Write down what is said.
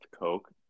coke